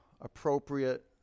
appropriate